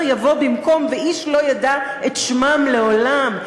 יבוא במקום ואיש לא ידע את שמם לעולם.